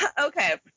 Okay